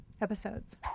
episodes